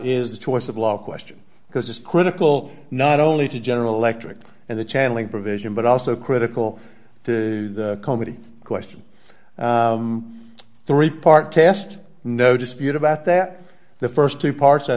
is the choice of law question because it's critical not only to general electric and the channeling provision but also critical to comedy question three part test no dispute about that the st two parts i